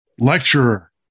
lecturer